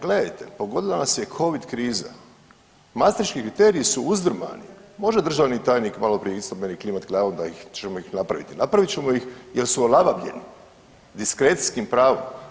Gledajte pogodila nas je Covid kriza, Mastriški kriteriji su uzdrmani, može državni tajnik malo prije isto meni klimat glavom da ih, ćemo ih napraviti, napravit ćemo ih jer su olabavljeni diskrecijskim pravom.